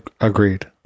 agreed